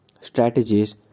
strategies